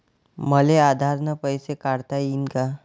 मले आधार न पैसे काढता येईन का?